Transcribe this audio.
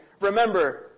remember